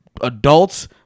adults